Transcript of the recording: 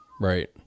Right